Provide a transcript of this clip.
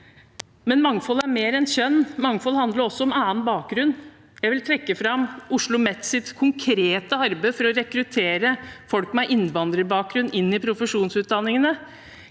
Mangfold er mer enn kjønn. Mangfold handler også om annen bakgrunn. Jeg vil trekke fram OsloMets konkrete arbeid for å rekruttere folk med innvandrerbakgrunn inn i profesjonsutdanningene.